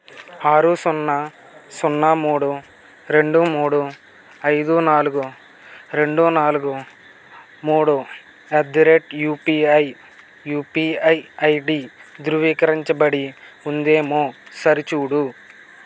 ఆరు సున్నా సున్నా మూడు రెండు మూడు ఐదు నాలుగు రెండు నాలుగు మూడు at the rate UPI UPI ID ధృవీకరించబడి ఉందేమో సరిచూడు